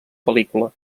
pel·lícula